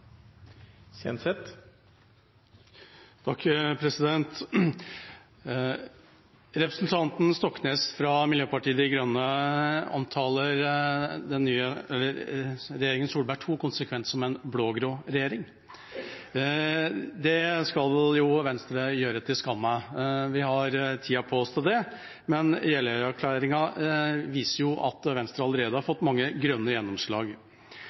Representanten Stoknes fra Miljøpartiet De Grønne omtaler regjeringa Solberg II konsekvent som en blå-grå regjering. Det skal Venstre gjøre til skamme. Vi har tida på oss til det. Men Jeløya-erklæringen viser at Venstre allerede har fått mange grønne gjennomslag.